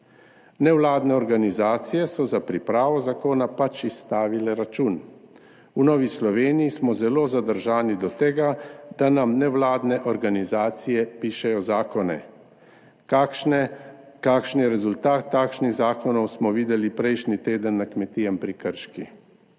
Nevladne organizacije so za pripravo zakona pač izstavile račun. V Novi Sloveniji smo zelo zadržani do tega, da nam nevladne organizacije pišejo zakone. Kakšen je rezultat takšnih zakonov, smo videli prejšnji teden na kmetiji pri Krškem.